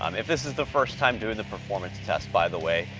um if this is the first time doing the performance test by the way,